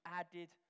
added